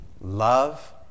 love